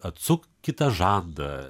atsuk kitą žandą